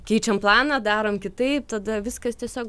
keičiam planą darom kitaip tada viskas tiesiog